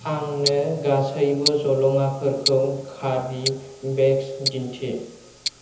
आंनो गासैबो जलङाफोरखौ कारि बेग्स दिन्थि